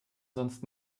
sonst